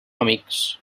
amics